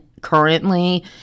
currently